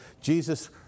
Jesus